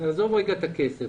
נעזוב לרגע את הכסף.